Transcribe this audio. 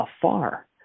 afar